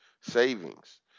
savings